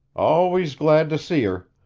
always glad to see her!